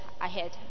ahead